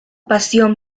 pasión